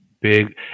big